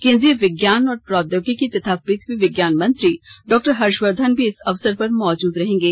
केन्द्रीय विज्ञान और प्रौद्योगिकी तथा पृथ्वी विज्ञान मंत्री डॉक्टर हर्षवर्धन भी इस अवसर पर मौजूद रहेंगे